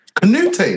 Canute